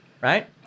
right